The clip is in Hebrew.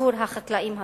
עבור החקלאים הסורים,